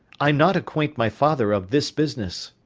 i not acquaint my father of this business.